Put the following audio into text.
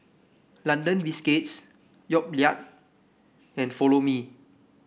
London Biscuits Yoplait and Follow Me